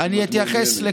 אם את מעוניינת,